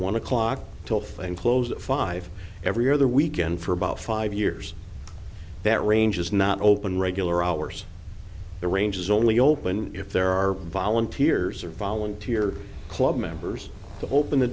one o'clock till thing closed five every other weekend for about five years that range is not open regular hours the range is only open if there are volunteers or volunteer club members to open the